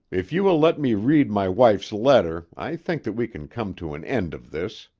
if you will let me read my wife's letter, i think that we can come to an end of this.